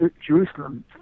Jerusalem